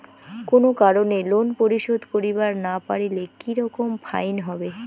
কোনো কারণে লোন পরিশোধ করিবার না পারিলে কি রকম ফাইন হবে?